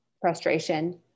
frustration